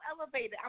elevated